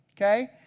okay